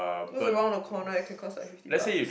just around the corner it can cost like fifty buck